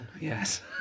Yes